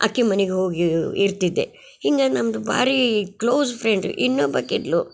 ಆಕಿ ಮನಿಗೆ ಹೋಗಿ ಇರ್ತಿದ್ದೆ ಹಿಂಗಾಗಿ ನಮ್ಮದು ಭಾರಿ ಕ್ಲೋಸ್ ಫ್ರೆಂಡ್ ಇನ್ನೊಬ್ಬಕಿದ್ಳು